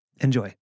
Enjoy